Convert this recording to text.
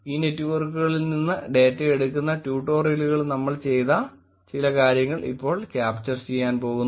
ഈ നെറ്റ്വർക്കുകളിൽ നിന്ന് ഡേറ്റ എടുക്കുന്ന ട്യൂട്ടോറിയലുകളിൽ നമ്മൾ ചെയ്ത ചില കാര്യങ്ങൾ ഇപ്പോൾ ക്യാപ്ചർ പോകുന്നു